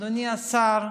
אדוני השר,